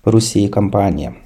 rusijai kampaniją